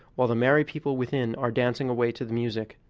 while the merry people within are dancing away to the music.